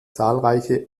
zahlreiche